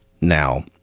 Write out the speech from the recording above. now